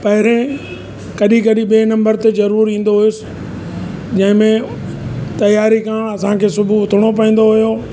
पहिरें कॾहिं कॾहिं ॿिएं नम्बर ते ज़रूरु ईंदो हुअसि जंहिं में तयारी करण असांखे सुबुह उथिणो पवंदो हुओ